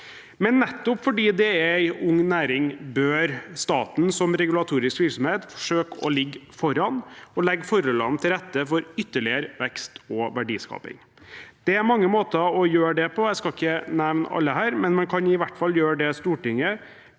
Nettopp fordi det er en ung næring, bør staten som regulatorisk virksomhet forsøke å ligge foran og legge forholdene til rette for ytterligere vekst og verdiskaping. Det er mange måter å gjøre det på, og jeg skal ikke nevne alle her, men man kan i hvert fall gjøre det Stortinget